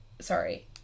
Sorry